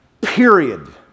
period